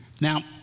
Now